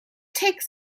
takes